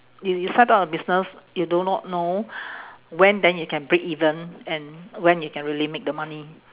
you you set up a business you do not know when then you can breakeven and when you can really make the money